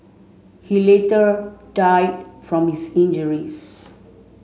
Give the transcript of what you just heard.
he later died from his injuries